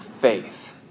faith